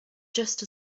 just